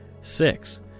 Six